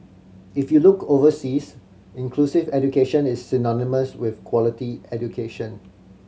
if you look overseas inclusive education is synonymous with quality education